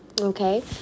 okay